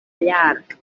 llarg